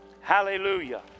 Hallelujah